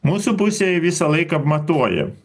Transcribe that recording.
mūsų pusėje visą laiką matuojam